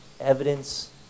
evidence